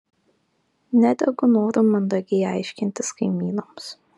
nedegu noru mandagiai aiškintis kaimynams